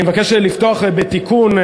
אני מבקש לפתוח בתיקון,